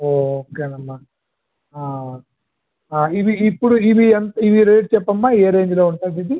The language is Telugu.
ఓకే అమ్మా ఆ ఆ ఇవి ఇప్పుడు ఇవి ఇవి రేట్ చెప్పమ్మా ఏ రేంజ్ లో ఉంటుందిది